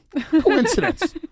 coincidence